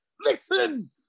listen